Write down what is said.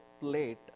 plate